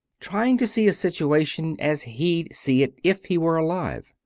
trying to see a situation as he'd see it if he were alive.